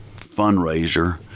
fundraiser